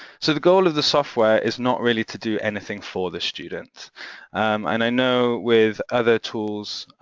so the goal of the software is not really to do anything for the student and i know with other tools